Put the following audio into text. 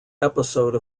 episode